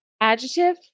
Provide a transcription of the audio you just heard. adjective